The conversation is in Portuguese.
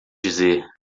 dizer